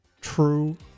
true